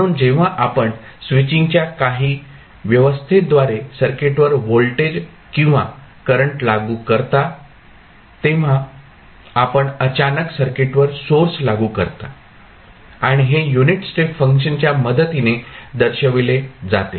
म्हणून जेव्हा आपण स्विचिंगच्या काही व्यवस्थेद्वारे सर्किटवर व्होल्टेज किंवा करंट लागू करता तेव्हा आपण अचानक सर्किटवर सोर्स लागू करता आणि हे युनिट स्टेप फंक्शनच्या मदतीने दर्शविले जाते